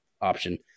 option